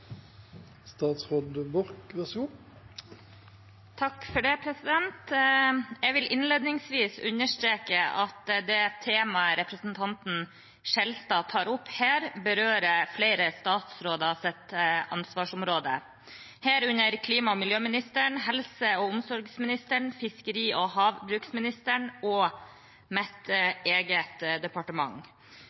Jeg vil innledningsvis understreke at det temaet representanten Skjelstad tar opp her, berører flere statsråders ansvarsområde, herunder klima- og miljøministeren, helse- og omsorgsministeren, fiskeri- og havbruksministeren og mitt eget departement.